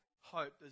hope